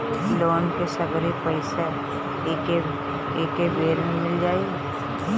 Loan के सगरी पइसा एके बेर में मिल जाई?